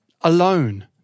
alone